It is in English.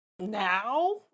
Now